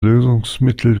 lösungsmittel